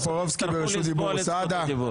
תצטרכו לסבול את זכות הדיבור.